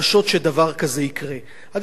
אני חייב לציין שגם בשנה שעברה,